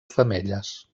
femelles